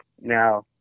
now